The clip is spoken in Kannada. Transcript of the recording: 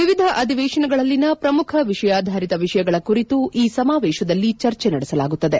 ವಿವಿಧ ಅಧಿವೇಶನಗಳಲ್ಲಿನ ಪ್ರಮುಖ ವಿಷಯಾಧಾರಿತ ವಿಷಯಗಳ ಕುರಿತು ಈ ಸಮಾವೇಶದಲ್ಲಿ ಚರ್ಚೆ ನಡೆಸಲಾಗುತ್ತದೆ